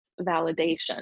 validation